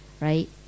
right